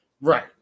Right